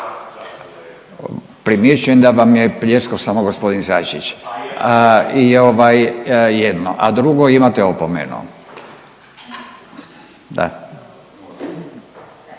Primjećujem da vam je pljeskao samo gospodin Sačić i ovaj jedno, a drugo imate opomenu. Da.